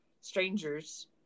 strangers